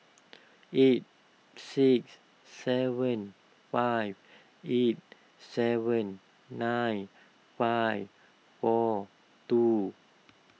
eight six seven five eight seven nine five four two